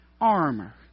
armor